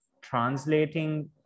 translating